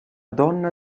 donna